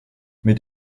mit